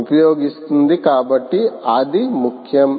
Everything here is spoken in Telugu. కాబట్టి అది ముఖ్యం